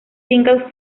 singles